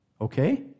Okay